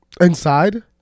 Inside